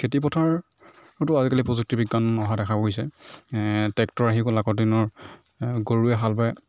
খেতি পথাৰতো আজিকালি প্ৰযুক্তি বিজ্ঞান অহা দেখা গৈছে ট্ৰেক্টৰ আহি গ'ল আগৰ দিনৰ গৰুৱে হাল বায়